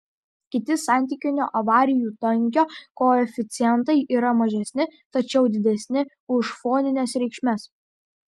kiti santykinio avarijų tankio koeficientai yra mažesni tačiau didesni už fonines reikšmes